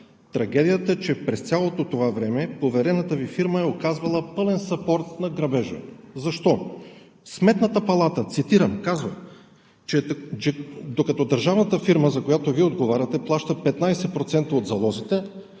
Трагедията е, че през цялото това време поверената Ви фирма е оказвала пълен съпорт на грабежа. Защо? Сметната палата казва, че докато държавната фирма, за която Вие отговаряте, плаща 15% от залозите,